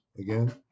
again